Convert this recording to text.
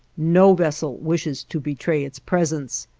no vessel wishes to betray its presence.